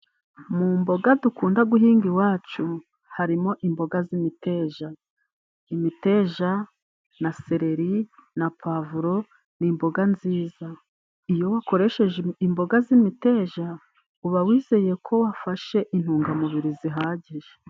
Mu mboga dukunda guhinga iwacu harimo imboga z'imiteja, imiteja na seleri na pavuro ni imboga nziza iyo wakoresheje imboga z'imiteja uba wizeye ko wafashe intungamubiri zihagije.